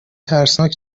ترسناک